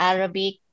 Arabic